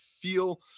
feel